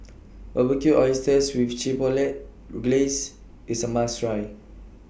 Barbecued Oysters with Chipotle Glaze IS A must Try